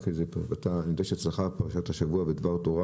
אני יודע שאצלך פרשת השבוע ודבר תורה